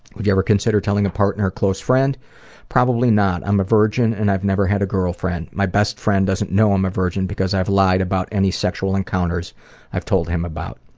would you ever consider telling a partner or close friend probably not. i'm a virgin and i've never had a girlfriend. my best friend doesn't know i'm a virgin, because i've lied about any sexual encounters i've told him about.